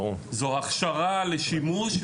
זוהי הכשרה לשימוש.